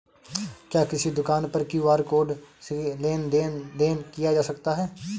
क्या किसी दुकान पर क्यू.आर कोड से लेन देन देन किया जा सकता है?